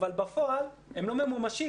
אבל בפועל הם לא ממומשים,